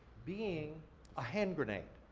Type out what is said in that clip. being a hand grenade,